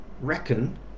reckon